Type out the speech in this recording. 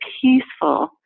peaceful